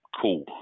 cool